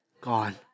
Gone